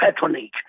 patronage